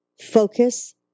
focus